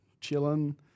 chilling